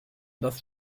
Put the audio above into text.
dass